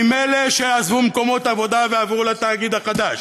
עם אלה שעזבו מקומות עבודה ועברו לתאגיד החדש?